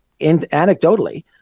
anecdotally